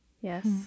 yes